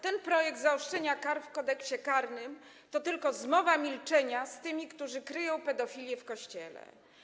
Ten projekt zaostrzenia kar w Kodeksie karnym jest tylko zmową milczenia z tymi, którzy kryją pedofilię w Kościele.